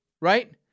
right